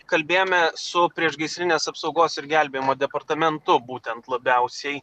kalbėjome su priešgaisrinės apsaugos ir gelbėjimo departamentu būtent labiausiai